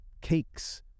cakes